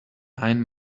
nine